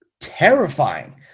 terrifying